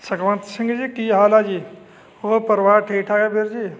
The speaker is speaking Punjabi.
ਸੁਖਵੰਤ ਸਿੰਘ ਜੀ ਕੀ ਹਾਲ ਆ ਜੀ ਹੋਰ ਪਰਿਵਾਰ ਠੀਕ ਠਾਕ ਆ ਵੀਰ ਜੀ